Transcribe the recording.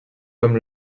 comme